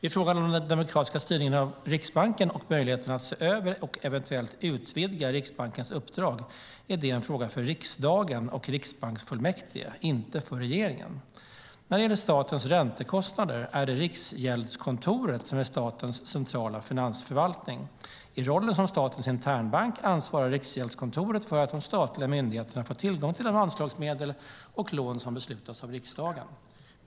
I fråga om den demokratiska styrningen av Riksbanken och möjligheten att se över och eventuellt utvidga Riksbankens uppdrag är det en fråga för riksdagen och riksbanksfullmäktige, inte för regeringen. När det gäller statens räntekostnader är det Riksgäldskontoret som är statens centrala finansförvaltning. I rollen som statens internbank ansvarar Riksgäldskontoret för att de statliga myndigheterna får tillgång till de anslagsmedel och lån som beslutats av riksdagen.